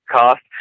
cost